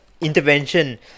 intervention